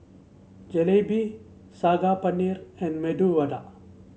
Jalebi Saag Paneer and Medu Vada